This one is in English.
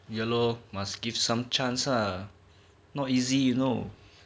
ya lor must give some chance uh not easy you know